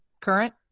current